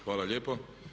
Hvala lijepo.